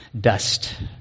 Dust